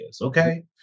Okay